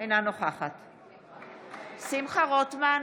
שמחה רוטמן,